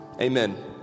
Amen